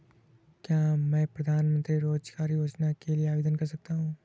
क्या मैं मुख्यमंत्री रोज़गार योजना के लिए आवेदन कर सकता हूँ?